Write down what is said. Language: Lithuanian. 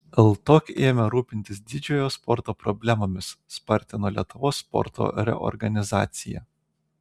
ltok ėmė rūpintis didžiojo sporto problemomis spartino lietuvos sporto reorganizaciją